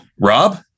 Rob